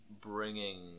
bringing